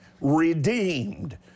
redeemed